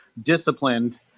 disciplined